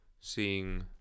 seeing